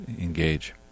engage